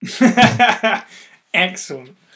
excellent